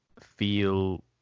feel